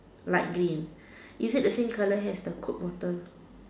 light green is it the same colour as the cooked water